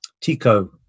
Tico